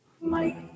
Mike